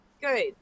Good